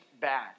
bad